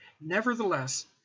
Nevertheless